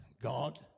God